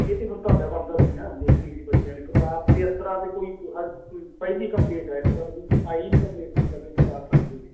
ਇਹ ਤਾਂ ਫਿਰ ਤੁਹਾਡਾ ਬਣਦਾ ਸੀ ਨਾ ਦੇਖਣੀ ਸੀ ਬੱਚਿਆਂ ਨੇ ਕਿਤਾਬ ਅਤੇ ਇਸ ਤਰ੍ਹਾਂ ਤਾਂ ਕੋਈ ਹਰ ਕੋਈ ਪਹਿਲੀ ਕੰਪਲੇਂਟ ਹੈ ਇਸ ਤਰ੍ਹਾਂ ਤਾਂ ਫਿਰ ਆਈ ਨਹੀਂ ਕੰਪਲੇਂਟ ਹੁਣ ਤੱਕ ਕਿ ਕਿਤਾਬ ਫਟੀ ਹੋਵੇ